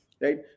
right